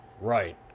Right